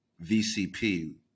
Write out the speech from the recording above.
VCP